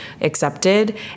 accepted